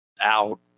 out